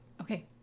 Okay